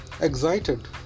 excited